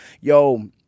yo